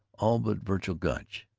all but vergil gunch.